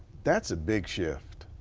that's a big shift.